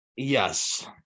yes